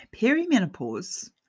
Perimenopause